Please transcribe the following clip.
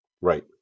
right